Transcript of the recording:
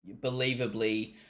believably